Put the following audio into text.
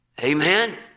Amen